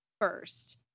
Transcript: first